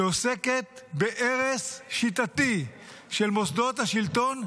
שעוסקת בהרס שיטתי של מוסדות השלטון,